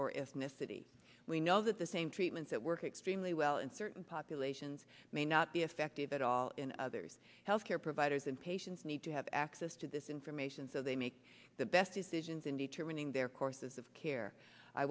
or ethnicity we know that the same treatments that work extremely well in certain populations may not be effective at all in others health care providers and patients need to have access to this information so they make the best decisions in determining their courses of care i